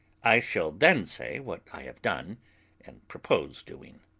i shall then say what i have done and propose doing.